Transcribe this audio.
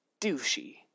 douchey